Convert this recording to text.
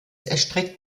erstreckt